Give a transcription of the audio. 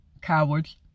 cowards